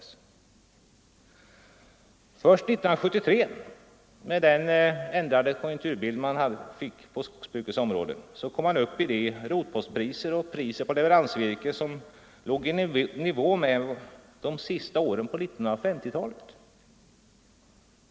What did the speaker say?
Först 1973, med den ändrade konjukturbild man då fick på skogsbrukets område, kom man upp i rotpostspriser och priser på leveransvirke som låg i nivå med de sista åren på 1950-talet.